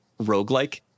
roguelike